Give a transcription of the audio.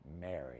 Mary